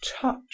touch